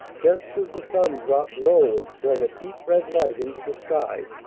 just as the sun dropped low and swung a deep red light into the sky,